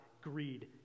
greed